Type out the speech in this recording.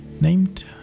named